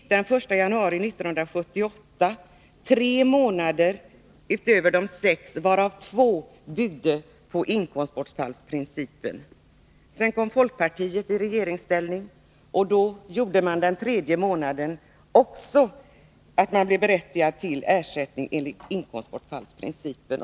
Den 1 januari 1978 fick vi tre månader utöver de sex, varav två byggde på inkomstbortfallsprincipen. Sedan kom folkpartiet i regeringsställning, och då införde man den tredje månaden med ersättning enligt inkomstbortfallsprincipen.